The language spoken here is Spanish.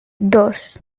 dos